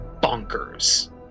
bonkers